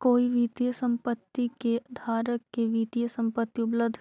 कोई वित्तीय संपत्ति के धारक के वित्तीय संपत्ति उपलब्ध